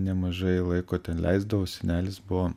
nemažai laiko ten leisdavau senelis buvo